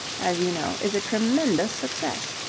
as you know, is a tremendous success.